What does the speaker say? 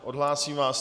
Odhlásím vás.